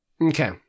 Okay